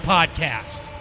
Podcast